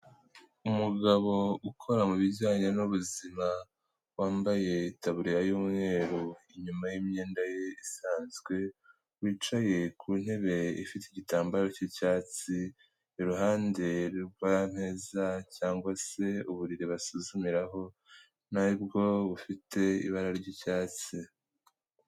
Umugabo ukora mu bijyanye n'ubuzima wambaye itaburiya y'umweru, inyuma y'imyenda ye isanzwe, wicaye ku ntebe ifite igitambaro cy'icyatsi, iruhande rw'ameza cyangwa se uburiri basuzumiraho na bwo bufite ibara ry'icyatsi.